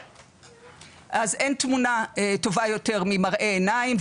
אז אין תמונה טובה יותר ממראה עיניים.